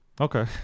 okay